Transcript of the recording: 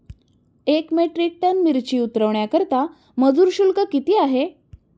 एक metric ton मिरची उतरवण्याकरता मजुर शुल्क किती आहे?